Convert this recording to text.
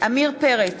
עמיר פרץ,